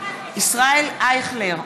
ישראל אייכלר,